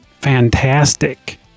fantastic